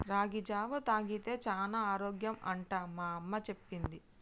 రాగి జావా తాగితే చానా ఆరోగ్యం అంట మా అమ్మ చెప్పింది